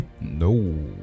No